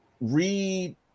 read